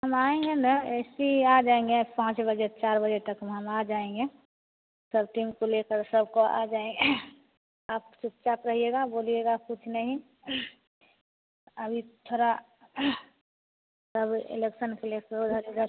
हम आएंगे नहीं ऐसी आजाएंगे पाँच बजे चार बजे तक हम आजाएंगे पूरा टिम को लेकर सब को आ जाएंगे आप चुपचाप रहिएगा बोलिएगा कुछ नहीं अभी थोड़ा सब इलेक्सन को लेकर सब इधर उधर